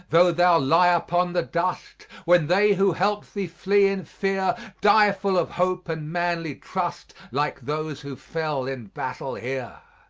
tho thou lie upon the dust, when they who helped thee flee in fear, die full of hope and manly trust, like those who fell in battle here.